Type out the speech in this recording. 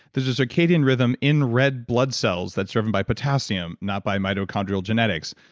there's a circadian rhythm in red blood cells that's served by potassium not by mitochondrial genetics.